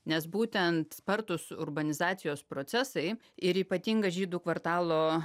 nes būtent spartūs urbanizacijos procesai ir ypatinga žydų kvartalo